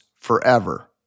forever